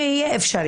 שזה יהיה אפשרי.